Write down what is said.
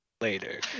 later